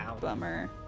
bummer